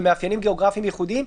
ומאפיינים גיאוגרפיים ייחודיים?